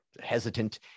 hesitant